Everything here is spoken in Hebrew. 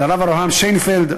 לרב אברהם שיינפלד,